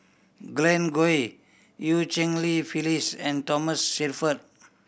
Glen Goei Eu Cheng Li Phyllis and Thomas Shelford